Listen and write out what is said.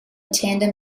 tandem